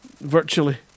Virtually